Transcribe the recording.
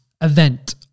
event